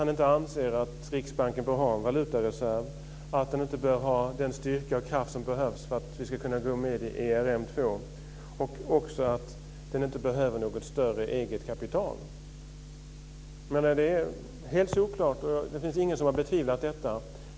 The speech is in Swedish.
Han anser inte att Riksbanken bör ha en valutareserv, att den inte bör ha den styrka och kraft som behövs för att vi ska kunna gå med i ERM 2 och att den inte behöver något större eget kapital. Det är helt solklart. Det finns ingen som har betvivlat detta.